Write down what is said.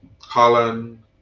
Holland